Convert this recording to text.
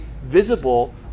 visible